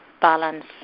balance